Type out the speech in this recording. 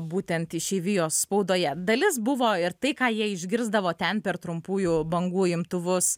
būtent išeivijos spaudoje dalis buvo ir tai ką jie išgirsdavo ten per trumpųjų bangų imtuvus